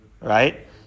right